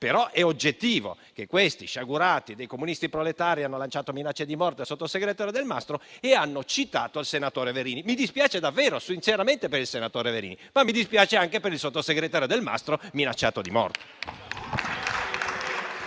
ma è oggettivo che questi sciagurati comunisti proletari hanno lanciato minacce di morte al sottosegretario Delmastro e che hanno citato il senatore Verini. Mi dispiace davvero, sinceramente, per il senatore Verini, ma mi dispiace anche per il sottosegretario Delmastro, minacciato di morte.